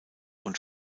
und